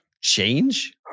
change